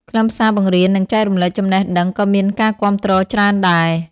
ខ្លឹមសារបង្រៀននិងចែករំលែកចំណេះដឹងក៏មានការគាំទ្រច្រើនដែរ។